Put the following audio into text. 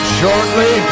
shortly